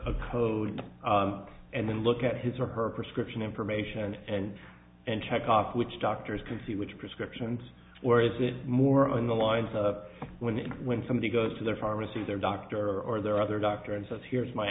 a code and then look at his or her prescription information and and check off which doctors can see which prescriptions or is it more on the lines of when when somebody goes to their pharmacy their doctor or their other doctor and says here's my